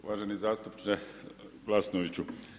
Uvaženi zastupniče Glasnoviću.